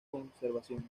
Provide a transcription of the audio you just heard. conversaciones